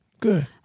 Good